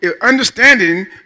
understanding